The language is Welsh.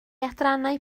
adrannau